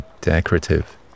decorative